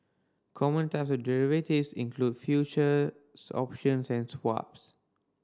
common type derivatives includes futures option and swaps